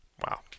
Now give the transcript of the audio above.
Wow